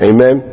Amen